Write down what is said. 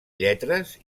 lletres